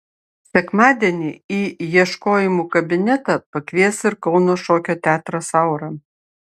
sekmadienį į ieškojimų kabinetą pakvies ir kauno šokio teatras aura